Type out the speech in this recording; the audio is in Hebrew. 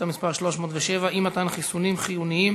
שאילתה מס' 307: אי-מתן חיסונים חיוניים